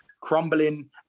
Crumbling